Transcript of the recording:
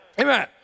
Amen